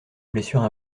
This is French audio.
blessures